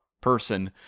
person